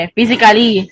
Physically